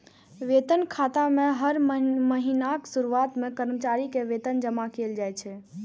वेतन खाता मे हर महीनाक शुरुआत मे कर्मचारी के वेतन जमा कैल जाइ छै